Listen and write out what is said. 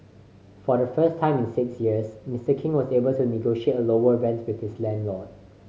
for the first time in six years Mister King was able to negotiate a lower rent with his landlord